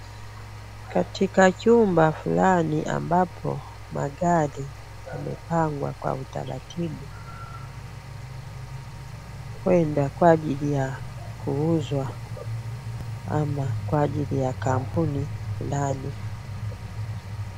Katika chumba fulani ambapo magari yamepangwa kwa utaratibu. Huenda kwa ajili ya kuuzwa ama kwa ajili ya kampuni fulani.